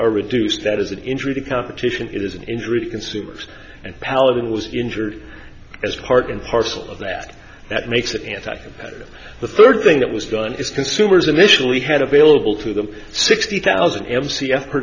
are reduced that is an injury to competition it is an injury to consumers and paladin was injured as part and parcel of that that makes it anti competitive the third thing that was done is consumers initially had available to them sixty thousand m c f